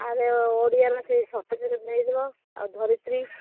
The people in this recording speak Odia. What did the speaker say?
ଆରେ ଓଡ଼ିଆର ସେ ସାପ୍ତାହିକ ଦେଇଦେବ ଆଉ ଧରିତ୍ରୀ